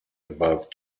above